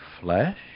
flesh